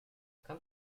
come